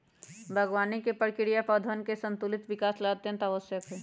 बागवानी के प्रक्रिया पौधवन के संतुलित विकास ला अत्यंत आवश्यक हई